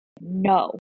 no